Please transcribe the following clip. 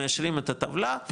מאשרים את הטבלה,